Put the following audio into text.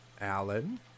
Alan